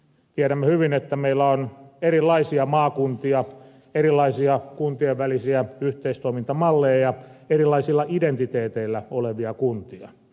tiedämme hyvin että meillä on erilaisia maakuntia erilaisia kuntien välisiä yhteistoimintamalleja erilaisilla identiteeteillä olevia kuntia